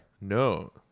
No